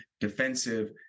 defensive